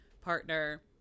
partner